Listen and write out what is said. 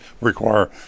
require